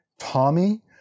Tommy